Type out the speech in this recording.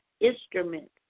instruments